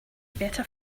better